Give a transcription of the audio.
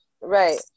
right